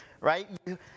right